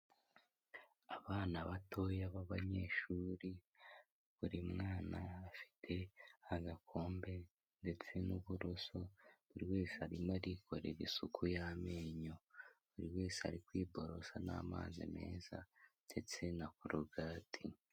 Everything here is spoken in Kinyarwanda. Abana batoya b'abanyeshuri, buri mwana afite agakombe ndetse n'uburoso, buri wese arimo arikorera isuku y'amenyo. Buri wese ari kwiborosa n'amazi meza ndetse na korogati.